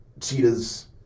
cheetahs